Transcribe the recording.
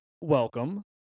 welcome